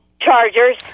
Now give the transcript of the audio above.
Chargers